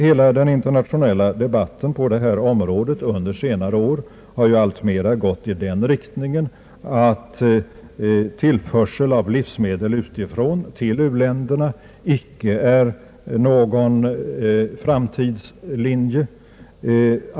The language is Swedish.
Hela den internationella debatten på detta område under senare år har alltmer gått i den riktningen att tillförsel av livsmedel utifrån till u-länderna inte är en framtidslinje.